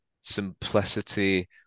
simplicity